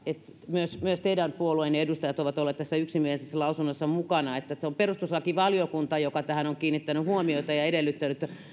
myös teidän puolueenne edustajat ovat olleet tässä yksimielisessä lausunnossa mukana eli se on perustuslakivaliokunta joka tähän on kiinnittänyt huomiota ja edellyttänyt